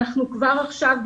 כבר עכשיו,